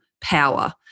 power